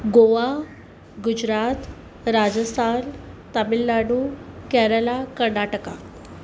Goa Gujarat Rajasthan Tamil Nadu Kerala Karnataka